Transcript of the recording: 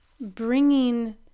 bringing